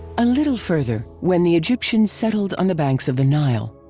a little further, when the egyptians settled on the banks of the nile.